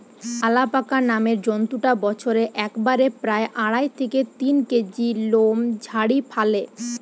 alpaca নামের জন্তুটা বছরে একবারে প্রায় আড়াই থেকে তিন কেজি লোম ঝাড়ি ফ্যালে